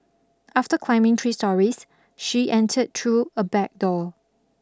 after climbing three stories she entered through a back door